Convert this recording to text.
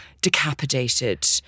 decapitated